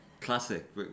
Classic